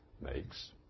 makes